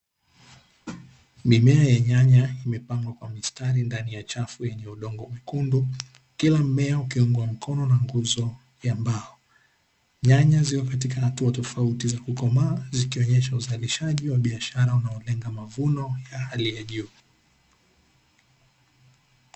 Mimea ya nyanya imepangwa kwa mistari ndani ya chafu yenye udongo mwekundu, kila mmea ukiungwa mkono na nguzo ya mbao. nyanya ziko katika hatua tofauti za kukomaa zikionyesha uzalishaji wa biashara unaolenga mavuno ya hali ya juu.